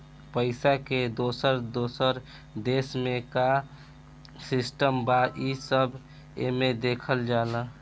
पइसा के दोसर दोसर देश मे का सिस्टम बा, ई सब एमे देखल जाला